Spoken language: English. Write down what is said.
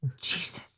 Jesus